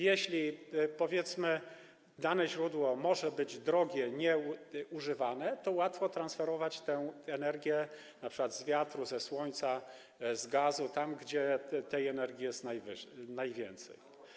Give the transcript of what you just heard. Jeśli, powiedzmy, dane źródło może być drogie, nie jest używane, to łatwo transferować tę energię np. z wiatru, ze słońca, z gazu - tam, gdzie tej energii jest najwięcej.